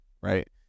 right